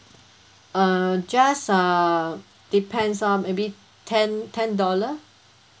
uh just uh depends lor maybe ten ten dollar